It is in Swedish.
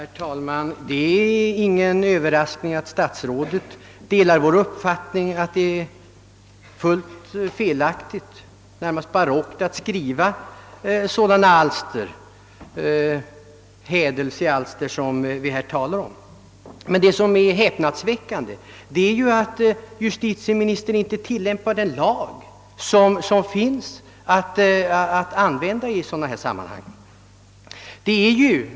Herr talman! Det är ingen överraskning att statsrådet delar vår uppfattning om att det är helt felaktigt, närmast barockt, att skriva sådana hädelsealster som vi här talar om. Men det häpnadsväckande är att justitieministern i sådana sammanhang inte tillämpar den lag som finns.